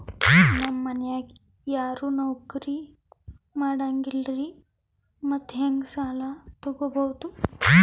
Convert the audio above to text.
ನಮ್ ಮನ್ಯಾಗ ಯಾರೂ ನೌಕ್ರಿ ಮಾಡಂಗಿಲ್ಲ್ರಿ ಮತ್ತೆಹೆಂಗ ಸಾಲಾ ತೊಗೊಬೌದು?